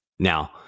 Now